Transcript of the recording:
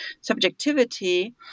subjectivity